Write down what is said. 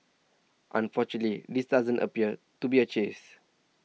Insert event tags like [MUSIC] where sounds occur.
[UNINTELLIGIBLE] this doesn't appear to be a chase